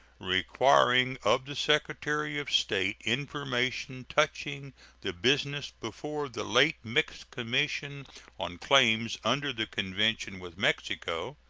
requiring of the secretary of state information touching the business before the late mixed commission on claims under the convention with mexico,